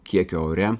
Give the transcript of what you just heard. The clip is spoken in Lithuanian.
kiekio ore